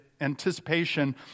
anticipation